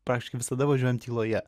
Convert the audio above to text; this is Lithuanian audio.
praktiškai visada važiuojam tyloje